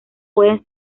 pueden